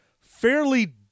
fairly